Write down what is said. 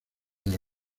del